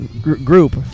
group